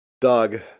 Dog